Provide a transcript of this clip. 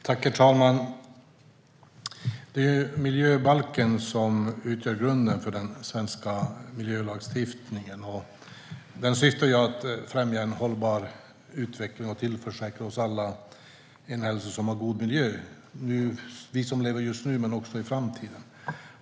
Herr talman! Det är miljöbalken som utgör grunden för den svenska miljölagstiftningen. Den syftar till att främja en hållbar utveckling och tillförsäkra en hälsosam och god miljö för oss som lever nu men också i framtiden.